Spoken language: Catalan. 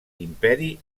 imperi